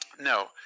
No